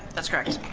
that's correct.